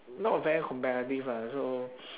not very competitive lah so